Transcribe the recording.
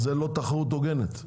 זאת לא תחרות הוגנת.